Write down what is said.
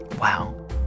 Wow